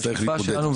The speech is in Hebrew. השאיפה שלנו,